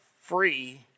free